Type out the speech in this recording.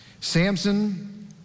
Samson